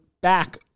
back